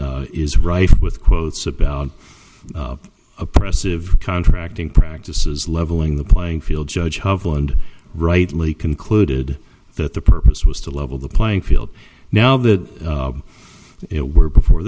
that is rife with quotes about oppressive contracting practices leveling the playing field judge hovel and rightly concluded that the purpose was to level the playing field now that it were before